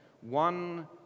one